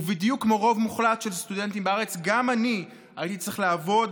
ובדיוק כמו רוב מוחלט של הסטודנטים בארץ גם אני הייתי צריך לעבוד